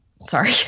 Sorry